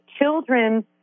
children